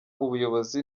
ubuyobozi